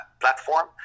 platform